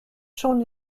schon